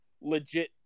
legit